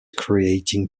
creating